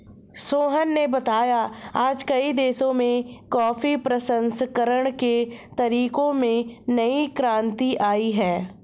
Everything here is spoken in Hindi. सोहन ने बताया आज कई देशों में कॉफी प्रसंस्करण के तरीकों में नई क्रांति आई है